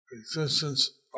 existence